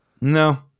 No